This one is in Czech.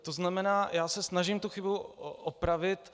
To znamená, já se snažím tu chybu opravit.